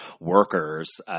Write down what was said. workers